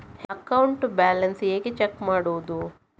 Account balance ಹೇಗೆ check ಮಾಡುವುದು?